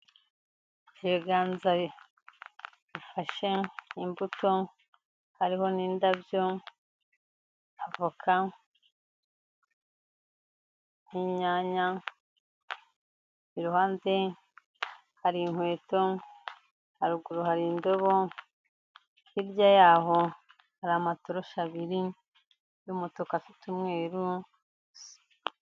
Ibiganza bifashe imbuto hariho n'indabyo, avoka n'inyanya, iruhande hari inkweto, haruguru hari indobo, hirya y'aho hari amatoroshi abiri y'umutuku afite umweru.